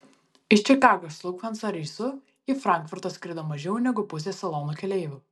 iš čikagos lufthansa reisu į frankfurtą skrido mažiau negu pusė salono keleivių